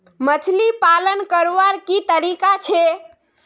मछली पालन करवार की तरीका छे?